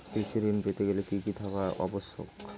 কৃষি ঋণ পেতে গেলে কি কি থাকা আবশ্যক?